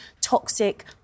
toxic